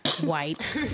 White